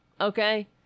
Okay